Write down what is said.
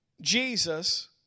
Jesus